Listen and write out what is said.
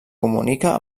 comunica